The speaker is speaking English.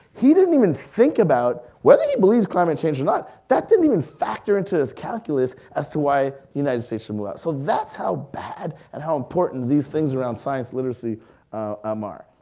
he didn't even think about whether he believes climate change or not, that didn't even factor into his calculus as to why the united states should move out. so that's how bad and how important these things around science literacy um are.